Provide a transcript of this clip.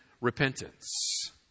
repentance